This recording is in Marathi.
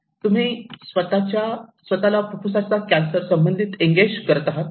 तुम्ही स्वतःला फुफ्फुसाचा कॅन्सर Lung cancer संबंधित एंगेज करत आहात